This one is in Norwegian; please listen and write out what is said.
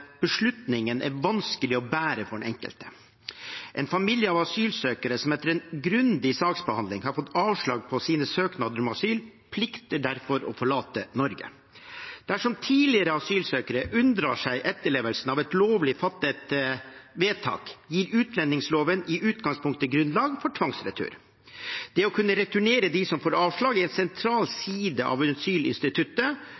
beslutningen er vanskelig å bære for den enkelte. En familie av asylsøkere som etter en grundig saksbehandling har fått avslag på sine søknader om asyl, plikter derfor å forlate Norge. Dersom tidligere asylsøkere unndrar seg etterlevelse av et lovlig fattet vedtak, gir utlendingsloven i utgangspunktet grunnlag for tvangsretur. Det å kunne returnere dem som får avslag, er en sentral